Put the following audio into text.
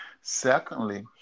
Secondly